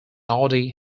audi